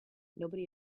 nobody